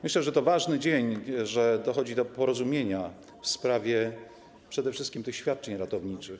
Myślę, że to ważny dzień, że dochodzi do porozumienia w sprawie przede wszystkim tych świadczeń ratowniczych.